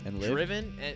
driven